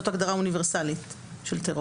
זאת הגדרה אוניברסלית של טרור.